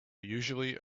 usually